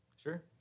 Sure